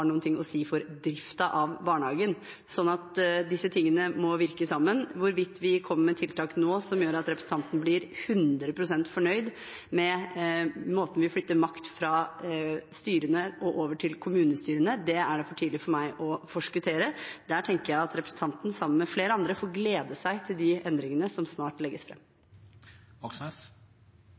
å si for driften av barnehagen, så disse tingene må virke sammen. Hvorvidt vi kommer med tiltak nå som gjør at representanten blir 100 pst. fornøyd med måten vi flytter makt fra styrene og over til kommunestyrene på, er det for tidlig for meg å forskuttere. Der tenker jeg at representanten, sammen med flere andre, får glede seg til de endringene som snart legges